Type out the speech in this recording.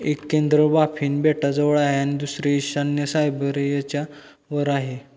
एक केंद्र बाफिन बेटाजवळ आहे आणि दुसरी ईशान्य सायबरीयेच्या वर आहे